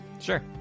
sure